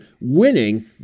winning